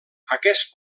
aquest